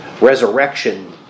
resurrection